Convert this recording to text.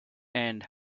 and